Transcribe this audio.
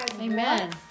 Amen